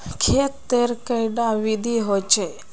खेत तेर कैडा विधि होचे?